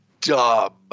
dumb